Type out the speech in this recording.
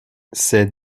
ses